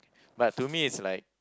but to me it's like